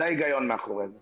זה ההיגיון מאחורי זה.